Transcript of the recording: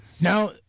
Now